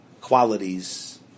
qualities